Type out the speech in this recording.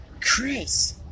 Chris